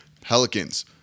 Pelicans